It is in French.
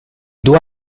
dois